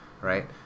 Right